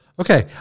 Okay